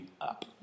up